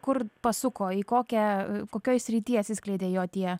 kur pasuko į kokią kokioj srity atsiskleidė jo tie